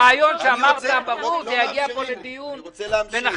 הרעיון שאמרת ברור, שיגיע פה לדיון ונחליט.